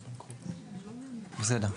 בסדר.